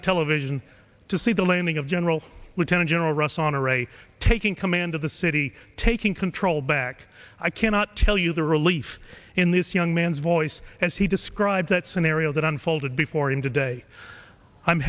the television to see the landing of general lieutenant general russel honore a taking command of the city taking control back i cannot tell you the relief in this young man's voice as he described that scenario that unfolded before him today i'm